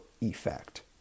effect